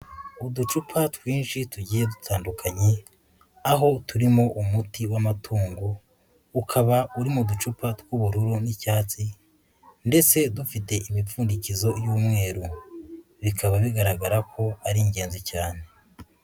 Uducupa twinshi tugiye dutandukanye. Aho turimo umuti w'amatungo. Ukaba uri mu ducupa tw'ubururu n'icyatsi, ndetse dufite imipfundikizo y'umweru. Bikaba bigaragara ko ari ingenzi cyane.